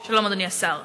שלום, אדוני השר.